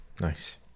Nice